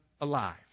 alive